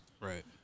Right